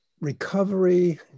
recovery